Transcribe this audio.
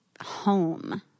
home